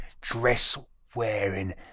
dress-wearing